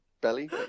belly